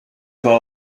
war